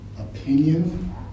opinion